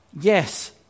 Yes